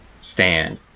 stand